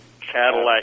Cadillac